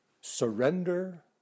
surrender